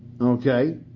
Okay